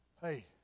Hey